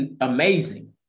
amazing